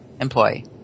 employee